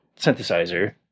synthesizer